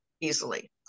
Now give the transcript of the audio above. easily